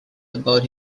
about